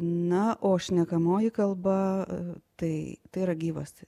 na o šnekamoji kalba tai tai yra gyvas